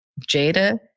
Jada